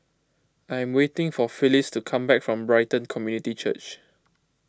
I am waiting for Phylis to come back from Brighton Community Church